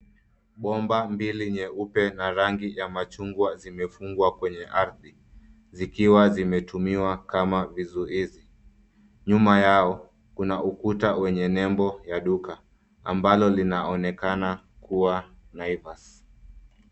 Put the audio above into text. Bomba mbili jeupe na machungwa zimefungwa kwenye ardhi, zikiwa zimetumiwa kama vizuizi. Nyuma yao, kuna ukuta wenye nembo ya duka, ambalo linaonekana kuwa naivas .